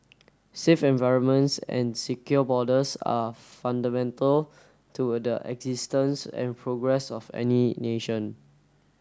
safe environments and secure borders are fundamental to the existence and progress of any nation